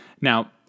Now